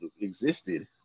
existed